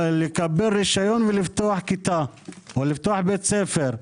לקבל רשיון ולפתוח כיתה או לפתוח בית ספר,